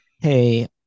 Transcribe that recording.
Hey